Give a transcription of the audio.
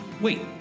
Wait